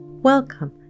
Welcome